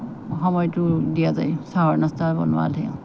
সময়টো দিয়া যায় চাহৰ নাস্তা বনোৱাত হে